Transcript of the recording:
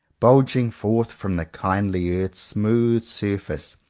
bulging forth from the kindly earth's smooth sur face,